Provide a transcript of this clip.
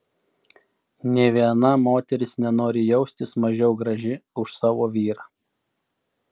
nė viena moteris nenori jaustis mažiau graži už savo vyrą